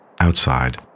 Outside